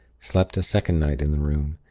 slept a second night in the room.